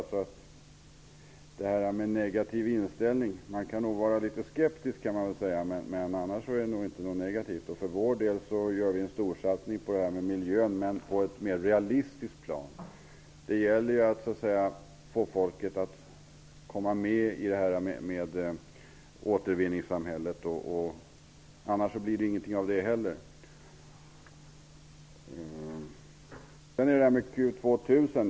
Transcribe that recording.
När det gäller inställning till miljön kan vi nog vara litet skeptiska, men annars är vi inte negativa. Vi gör för vår del en storsatsning på miljön, men på ett mer realistiskt plan. Det gäller att få folket att komma med i återvinningssamhället -- annars blir det ingenting av det heller.